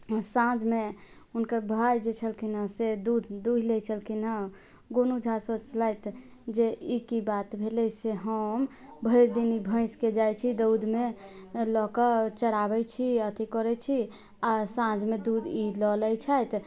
साँझमे हुनकर भाइ जे छलखिन हँ से दूध दुहि लै छलखिन हँ गोनू झा सोचलथि जे ई की बात भेलै से हम भरि दिन भैंसके जाइत छी रौदमे लए कऽ चराबैत छी अथी करैत छी आ साँझमे दूध ई लऽ लैत छथि